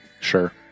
sure